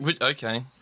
Okay